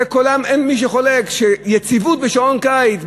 אין מי שחולק שיציבות בשעון קיץ,